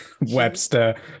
Webster